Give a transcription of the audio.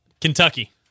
Kentucky